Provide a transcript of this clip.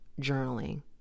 journaling